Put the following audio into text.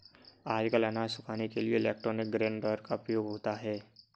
आजकल अनाज सुखाने के लिए इलेक्ट्रॉनिक ग्रेन ड्रॉयर का उपयोग होता है